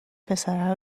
پسره